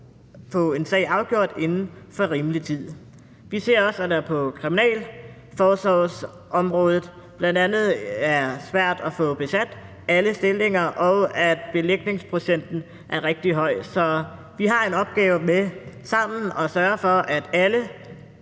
få en sag afgjort inden for rimelig tid. Vi ser også, at det på kriminalforsorgsområdet bl.a. er svært at få besat alle stillinger, og at belægningsprocenten er rigtig høj. Så vi har en opgave i sammen at sørge for, at alle